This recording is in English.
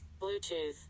Bluetooth